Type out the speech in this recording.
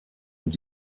und